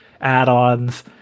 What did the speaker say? add-ons